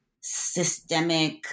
systemic